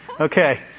Okay